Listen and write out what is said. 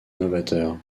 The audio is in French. novateur